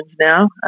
now